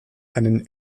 einen